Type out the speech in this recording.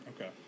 Okay